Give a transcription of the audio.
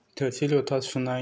थोरसि लथा सुनाय